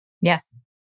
Yes